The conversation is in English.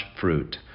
fruit